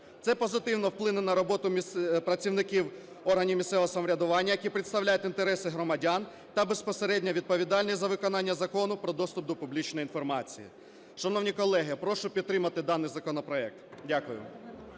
Це позитивно вплине на роботу працівників органів місцевого самоврядування, які представляють інтереси громадян, та безпосередньо відповідальність за виконання Закону "Про доступ до публічної інформації". Шановні колеги, прошу підтримати даний законопроект. Дякую.